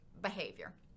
behavior